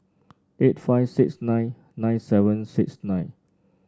eight five six nine nine seven six nine